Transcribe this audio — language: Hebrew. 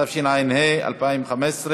התשע"ה 2015,